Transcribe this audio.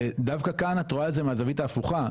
דווקא כאן את רואה את זה מהזווית ההפוכה.